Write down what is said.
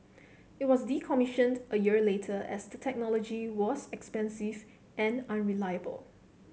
it was decommissioned a year later as the technology was expensive and unreliable